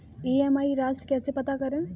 EMI राशि कैसे पता करें?